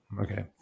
Okay